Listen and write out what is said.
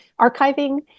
archiving